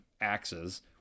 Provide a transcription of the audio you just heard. axes